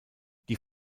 die